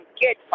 get